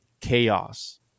chaos